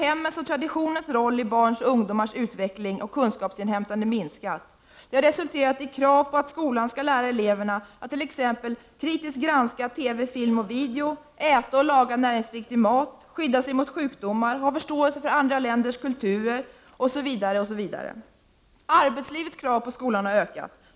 Hemmens och traditionens roll för barns och ungdomars utveckling och kunskapsinhämtande har minskat i betydelse. Det har resulterat i krav på att skolan skall lära eleverna att t.ex. kritiskt granska TV, film och video, äta och laga näringsriktigt mat, skydda sig mot sjukdomar, ha förståelse för andra länders kulturer osv. Arbetslivets krav på skolan har ökat.